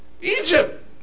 Egypt